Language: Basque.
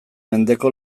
mendeko